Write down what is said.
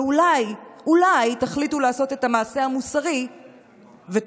ואולי תחליטו לעשות את המעשה המוסרי ותפרשו.